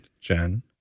Jen